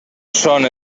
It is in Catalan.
són